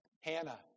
Hannah